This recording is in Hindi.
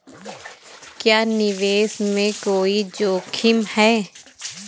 क्या निवेश में कोई जोखिम है?